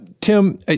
Tim